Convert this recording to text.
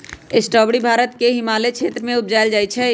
strawberry Bharat के हिमालय क्षेत्र में उपजायल जाइ छइ